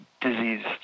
diseased